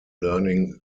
learning